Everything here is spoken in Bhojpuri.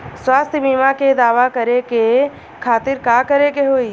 स्वास्थ्य बीमा के दावा करे के खातिर का करे के होई?